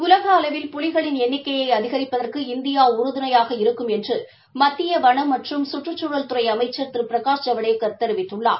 உலக அளவில் புலிகளின் எண்ணிக்கையை அதிகரிப்பதற்கு இந்தியா உறுதுணையாக இருக்கும் என்று மத்திய வன மற்றும் சுற்றுச்சூழல்துறை அமைச்சர் திரு பிரகாஷ் ஜவடேக்கர் தெரிவித்துள்ளார்